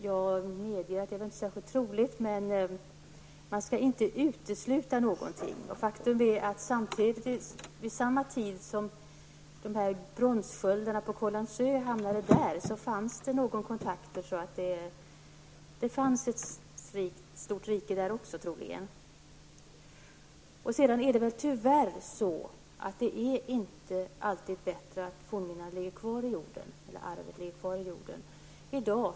Jag medger att det inte är särskilt troligt, men man skall inte utesluta någonting. Vid samma tid som bronssköldarna hamnade i jorden på Kållandsö fanns det troligen också ett stort rike där. Det är tyvärr i dag inte alltid bättre att fornminnena, kulturarvet ligger kvar i jorden.